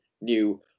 new